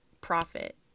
profit